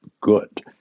Good